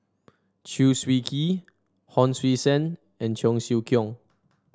Chew Swee Kee Hon Sui Sen and Cheong Siew Keong